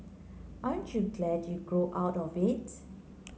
aren't you glad you grew out of it